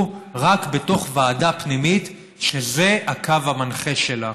רק בתוך ועדה פנימית שזה הקו המנחה שלה.